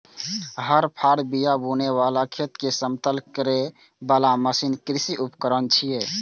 हर, फाड़, बिया बुनै बला, खेत कें समतल करै बला मशीन कृषि उपकरण छियै